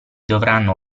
dovranno